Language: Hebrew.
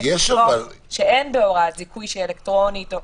עצמו שאין בהוראת זיכוי אלקטרונית.